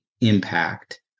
impact